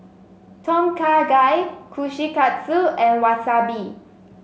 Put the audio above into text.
Tom Kha Gai Kushikatsu and Wasabi